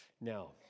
Now